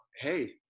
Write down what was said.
hey